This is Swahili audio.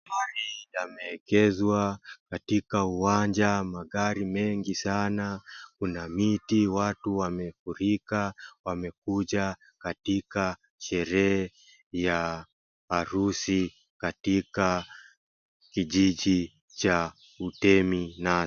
Gari yameekezwa katika uwanja magari mengi sana kuna mti watu wamefurika wamekuja katika sherehe ya harusi katika kijiji cha utemi.